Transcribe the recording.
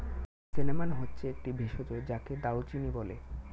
cinnamon হচ্ছে একটি ভেষজ যাকে দারুচিনি বলে